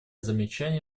замечаний